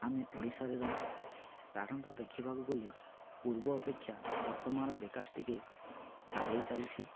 ଆମେ ଓଡ଼ିଶାରେ ରହୁଁ ସାଧାରଣତଃ ଦେଖିବାକୁ ଗଲେ ପୂର୍ବ ଅପେକ୍ଷା ବର୍ତ୍ତମାନର ବିକାଶ ଟିକେ ଆଗେଇ ଚାଲିଛି